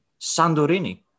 Sandorini